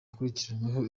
bakurikiranyweho